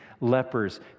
lepers